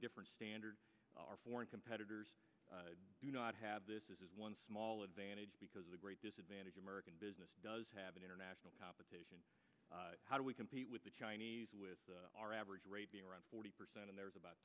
different standard our foreign competitors do not have this is one small advantage because the great disadvantage american business does have an international competition how do we compete with the chinese with our average rate being around forty percent of their is about